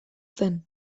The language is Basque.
zen